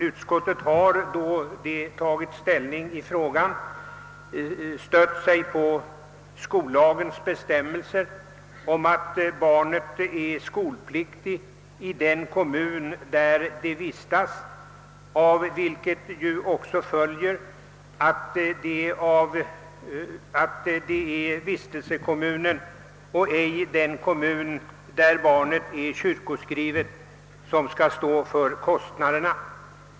Utskottet har, då det tagit ställning i frågan, stött sig på skollagens bestämmelser om att barnet är skolpliktigt i den kommun där det vistas, av vilket ju också följer, att det är vistelsekommunen och ej den kommun där barnet är kyrkoskrivet som skall stå för kostnaderna.